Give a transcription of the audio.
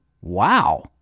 Wow